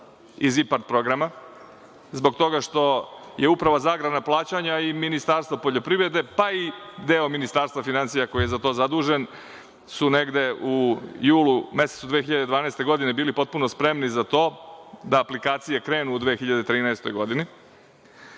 iz IPARD programa zbog toga što je Uprava za agrarna plaćanja i Ministarstvo poljoprivrede i deo Ministarstva finansija koji je za to zadužen su negde u julu mesecu 2012. godine bili potpuno spremni za to, da aplikacije krenu u 2013. godini.